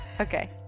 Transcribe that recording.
Okay